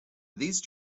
these